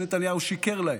שנתניהו שיקר להן.